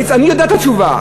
אני יודע את התשובה,